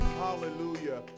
hallelujah